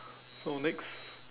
so next